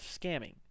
scamming